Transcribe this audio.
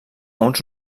uns